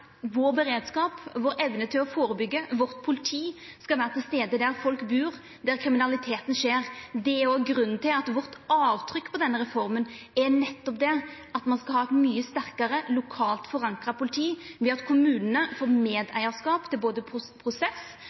vår beredskap, vår evne til å førebyggja, og at vårt politi skal vera til stades der folk bur, der kriminaliteten skjer. Det er òg grunnen til at vårt avtrykk på denne reforma nettopp er at ein skal ha eit mykje sterkare lokalt forankra politi ved at kommunane får medeigarskap til både prosess